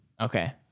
Okay